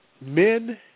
men